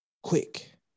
quick